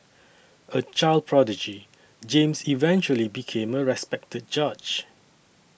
a child prodigy James eventually became a respected judge